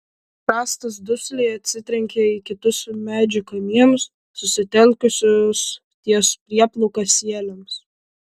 rąstas dusliai atsitrenkė į kitus medžių kamienus susitelkusius ties prieplauka sieliams